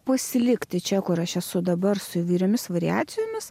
pasilikti čia kur aš esu dabar su įvairiomis variacijomis